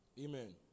Amen